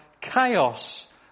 chaos